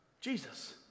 Jesus